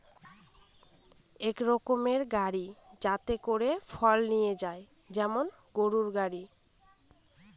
এক রকমের গাড়ি যাতে করে ফল নিয়ে যায় যেমন গরুর গাড়ি